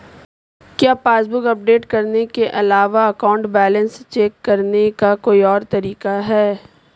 क्या passbook update करने के अलावा अकाउंट बैलेंस चेक करने का कोई और तरीका है?